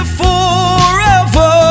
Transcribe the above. forever